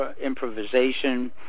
improvisation